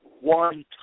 one